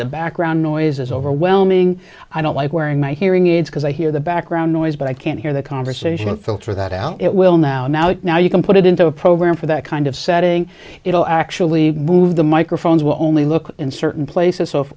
the background noise is overwhelming i don't like wearing my hearing aids because i hear the background noise but i can't hear the conversation so for that out it will now i'm out now you can put it into a program for that kind of setting it'll actually move the microphones will only look in certain places so if